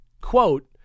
quote